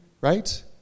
Right